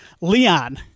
Leon